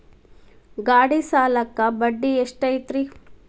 ಗಾಡಿ ಸಾಲಕ್ಕ ಬಡ್ಡಿ ಎಷ್ಟೈತ್ರಿ?